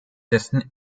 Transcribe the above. dessen